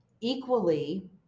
equally